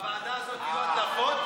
בוועדה הזאת יהיו הדלפות?